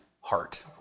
heart